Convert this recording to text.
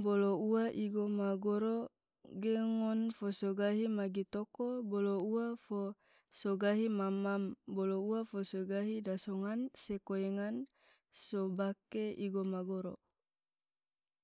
bolo ua igo ma goro ge ngon fosogahi magi toko. bolo ua fo so gahi mam-mam. bolo ua fosogahi daso ngan se koi ngan so bake iko ma goro.